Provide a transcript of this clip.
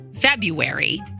February